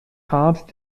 hart